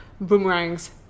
boomerangs